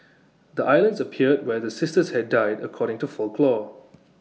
the islands appeared where the sisters had died according to folklore